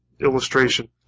illustration